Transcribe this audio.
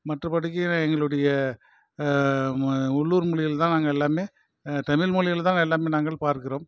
மற்றபடிக்கு எங்களுடைய உள்ளூர் மொழியில்தான் நாங்கள் எல்லாமே தமிழ் மொழியில்தான் எல்லாமே நாங்கள் பார்க்கிறோம்